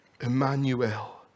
emmanuel